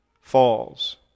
falls